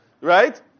right